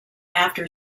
after